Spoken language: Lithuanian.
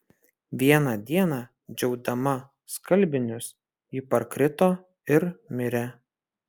vieną dieną džiaudama skalbinius ji parkrito ir mirė